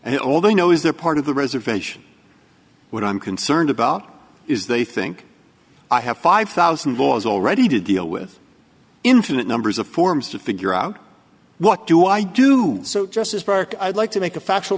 and all they know is they're part of the reservation what i'm concerned about is they think i have five thousand dollars already to deal with infinite numbers of forms to figure out what do i do so just as park i'd like to make a factual